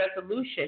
resolution